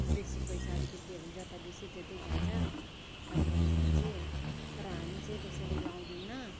बेसी पैसा अलिकति दियो भने जता बेसी त्यतै जान्छ काम गर्ने मान्छे तर हामी चैँ त्यसरी लाउँदैनौँ